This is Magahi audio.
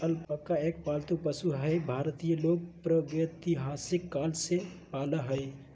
अलपाका एक पालतू पशु हई भारतीय लोग प्रागेतिहासिक काल से पालय हई